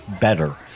better